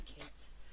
kids